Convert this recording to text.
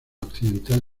occidental